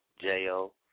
J-O